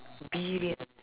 villain